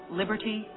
liberty